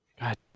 God